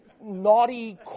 naughty